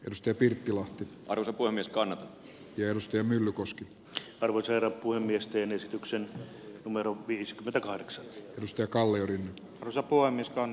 dusty pirttilahti arto kuin niskaan ja mustia myllykosken arvoisena kuin miesten esityksen numero viisikymmentäkahdeksan risto kalliorinne osapuolen niskan